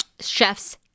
chef's